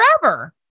forever